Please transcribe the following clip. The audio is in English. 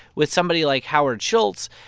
with somebody like howard schultz,